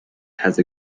has